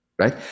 right